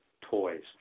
toys